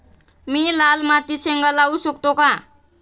मी लाल मातीत शेंगा लावू शकतो का?